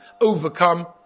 overcome